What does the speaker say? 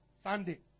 Sunday